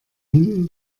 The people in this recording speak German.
hinten